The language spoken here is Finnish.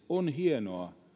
on hienoa